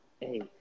Hey